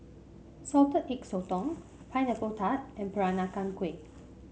Salted Egg Sotong Pineapple Tart and Peranakan Kueh